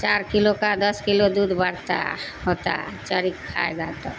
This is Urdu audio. چار کلو کا دس کلو دودھ بڑھتا ہے ہوتا ہے چوری کھائے گا تو